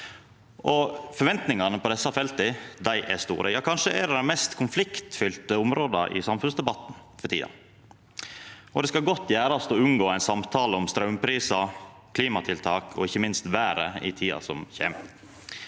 Forventningane på desse felta er store. Ja, kanskje er det dei mest konfliktfylte områda i samfunnsdebatten for tida. Det skal godt gjerast å unngå ein samtale om straumprisar, klimatiltak og ikkje minst veret i tida som kjem.